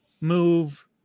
move